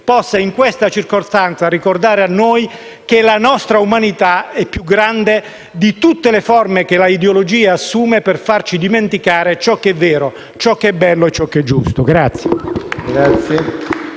possa in questa circostanza ricordare a noi che la nostra umanità è più grande di tutte le forme che l'ideologia assume per farci dimenticare ciò che è vero, ciò che è bello e ciò che è giusto.